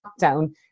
lockdown